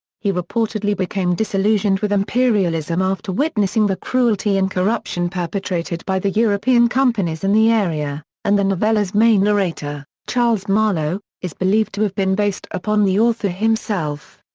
he reportedly reportedly became disillusioned with imperialism after witnessing the cruelty and corruption perpetrated by the european companies in the area, and the novella's main narrator, charles marlow, is believed to have been based upon the author himself.